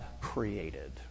created